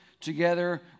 Together